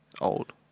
Old